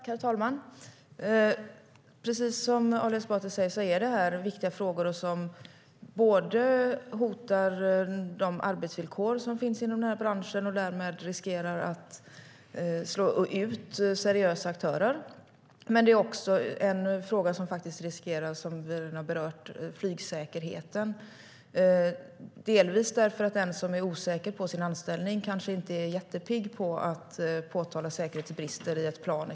Herr talman! Precis som Ali Esbati säger är det här viktiga frågor som hotar de arbetsvillkor som finns inom branschen och därmed riskerar att slå ut seriösa aktörer. Det riskerar också flygsäkerheten, delvis därför att den som är osäker på sin anställning kanske inte är jättepigg på att exempelvis påtala säkerhetsbrister i ett plan.